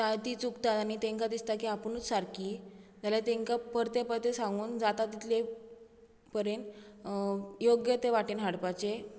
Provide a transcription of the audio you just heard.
तीं चुकतात आनी तांकां दिसता की आपुणूच सारकीं जाल्यार तांकां परतें परतें सांगून जाता तितले परेन योग्य ते वाटेन हाडपाचें